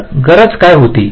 तर गरज काय होती